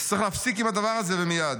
אז צריך להפסיק עם הדבר הזה, ומייד.